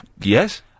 Yes